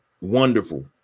Wonderful